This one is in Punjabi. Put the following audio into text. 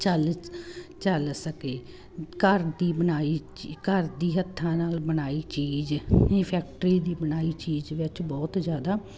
ਚਲ ਚਲ ਸਕੇ ਘਰ ਦੀ ਬਣਾਈ ਜੀ ਘਰ ਦੀ ਹੱਥਾਂ ਨਾਲ ਬਣਾਈ ਚੀਜ਼ ਫੈਕਟਰੀ ਦੀ ਬਣਾਈ ਚੀਜ਼ ਵਿੱਚ ਬਹੁਤ ਜ਼ਿਆਦਾ